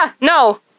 no